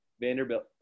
Vanderbilt